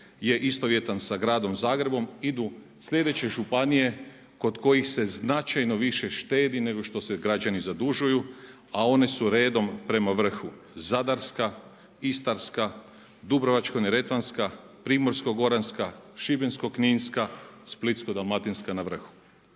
istovjetan sa Gradom Zagrebom idu sljedeće županije kod kojih se značajno više štedi nego što se građani zadužuju, a one su redom prema vrhu: Zadarska, Istarska, Dubrovačko-neretvanska, Primorsko-goranska, Šibensko-kninska, Splitsko-dalmatinska na vrhu.